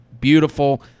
beautiful